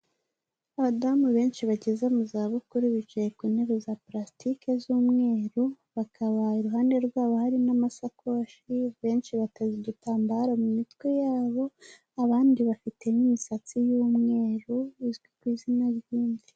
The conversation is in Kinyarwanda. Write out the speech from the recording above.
Abadamu benshi bageze mu za bukuru bicaye ku ntebe za purastike z'umweru, bakaba iruhande rwabo hari n'amasakoshi, benshi bateze udutambaro mu mitwe yabo, abandi bafite n'imisatsi y'umweru izwi ku izina ry'imvi.